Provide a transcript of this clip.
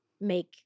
make